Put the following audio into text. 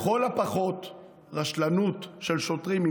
לכל הפחות רשלנות של שוטרים,